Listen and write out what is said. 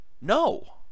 No